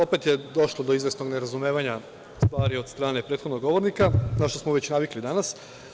Opet je došlo do izvesnog nerazumevanja stvari od strane prethodnog govornika, na šta smo već navikli danas.